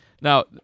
Now